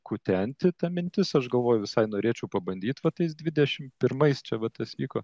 kutenti ta mintis aš galvoju visai norėčiau pabandyt va tais dvidešim pirmais čia vat tas įvyko